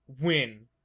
win